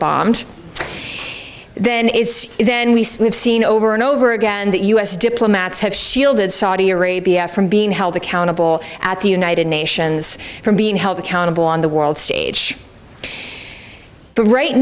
bombed then then we have seen over and over again that us diplomats have shielded saudi arabia from being held accountable at the united nations for being held accountable on the world stage but right